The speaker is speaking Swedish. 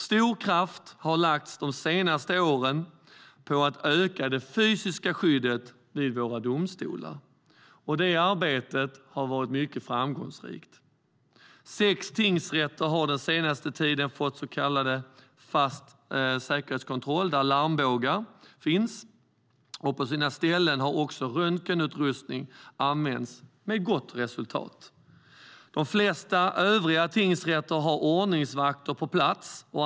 Stor kraft har de senaste åren lagts på att öka det fysiska skyddet vid våra domstolar. Det arbetet har varit mycket framgångsrikt. Sex tingsrätter har den senaste tiden fått så kallad fast säkerhetskontroll med larmbågar, och på sina ställen har röntgenutrustning använts med gott resultat. De flesta övriga tingsrätter har ordningsvakter på plats.